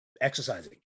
exercising